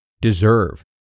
deserve